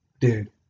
Dude